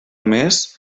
mes